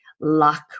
luck